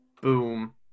Boom